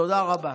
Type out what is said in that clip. תודה רבה.